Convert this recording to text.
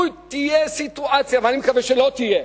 לו תהיה סיטואציה, ואני מקווה שלא תהיה,